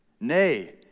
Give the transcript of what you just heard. Nay